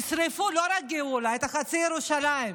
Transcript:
ישרפו לא רק את גאולה, את חצי ירושלים.